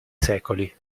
secoli